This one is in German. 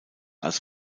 als